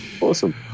Awesome